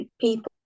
people